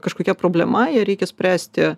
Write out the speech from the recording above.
kažkokia problema ją reikia spręsti